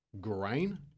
grain